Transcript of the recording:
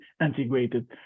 integrated